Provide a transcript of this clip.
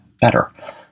better